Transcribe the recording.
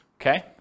okay